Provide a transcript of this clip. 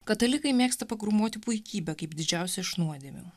katalikai mėgsta pagrūmoti puikybe kaip didžiausia iš nuodėmių